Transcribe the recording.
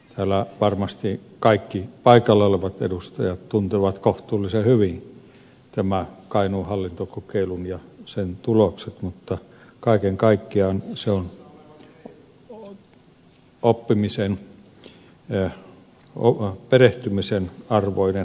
täällä varmasti kaikki paikalla olevat edustajat tuntevat kohtuullisen hyvin tämän kainuun hallintokokeilun ja sen tulokset mutta kaiken kaikkiaan se on perehtymisen arvoinen asia